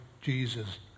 Jesus